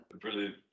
Brilliant